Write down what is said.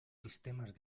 sistemas